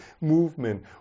movement